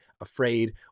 afraid